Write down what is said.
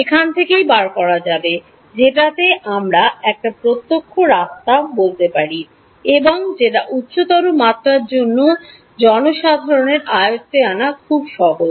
এখান থেকেই বার করা যাবে যেটাতে আমরা একটা প্রত্যক্ষ রাস্তা বলতে পারি এবং যেটা উচ্চতর মাত্রার জন্যসাধারণের আয়ত্তে আনা খুব সহজ